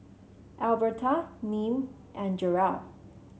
Albertha Nim and Jerrell